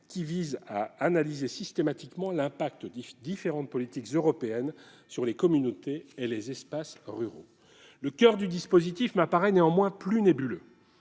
qui vise à analyser systématiquement l'impact des différentes politiques européennes sur les communautés et les espaces ruraux. Le coeur du dispositif m'apparaît néanmoins plus nébuleux.